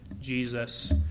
Jesus